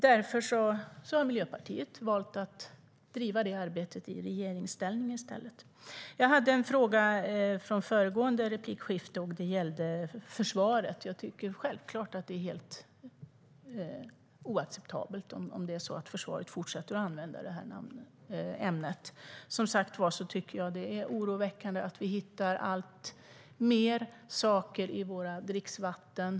Därför har Miljöpartiet valt att driva det arbetet i regeringsställning i stället. Jag fick en fråga i föregående replikskifte som gällde försvaret. Jag tycker självklart att det är helt oacceptabelt om det är så att försvaret fortsätter att använda ämnet i fråga. Jag tycker att det är oroväckande att vi hittar alltmer saker i våra dricksvatten.